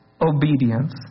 Obedience